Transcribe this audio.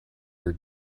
your